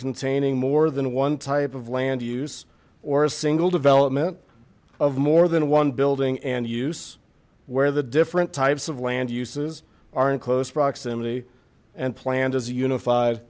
containing more than one type of land use or a single development of more than one building and use where the different types of land uses are in close proximity and planned as a unified